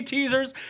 Teasers